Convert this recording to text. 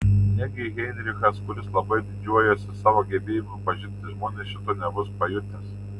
negi heinrichas kuris labai didžiuojasi savo gebėjimu pažinti žmones šito nebus pajutęs